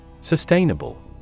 Sustainable